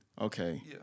Okay